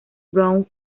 brown